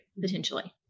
potentially